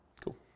Cool